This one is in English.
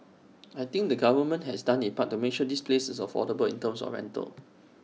I think the government has done its part to make sure this place is very affordable in terms of rental